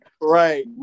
Right